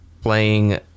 playing